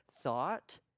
thought